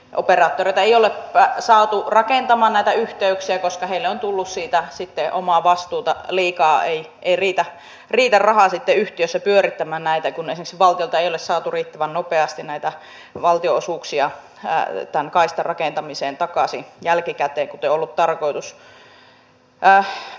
operaattoreita ei ole saatu rakentamaan näitä yhteyksiä koska heille on tullut siitä sitten omavastuuta liikaa ei riitä raha sitten yhtiöissä pyörittämään näitä kun esimerkiksi valtiolta ei ole saatu riittävän nopeasti jälkikäteen takaisin näitä valtionosuuksia tämän kaistan rakentamiseen kuten on ollut tarkoitus